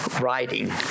writing